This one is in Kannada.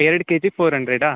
ಎರಡು ಕೆಜಿ ಫೋರ್ ಹಂಡ್ರೆಡಾ